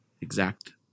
exact